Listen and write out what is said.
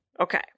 Okay